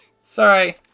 sorry